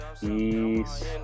Peace